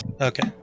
Okay